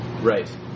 Right